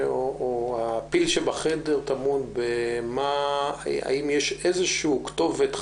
שהפיל שבחדר טמון בשאלה האם יש איזושהי כתובת,